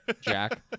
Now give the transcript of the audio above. jack